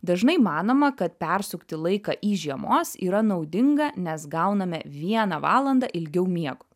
dažnai manoma kad persukti laiką į žiemos yra naudinga nes gauname vieną valandą ilgiau miego